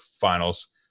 finals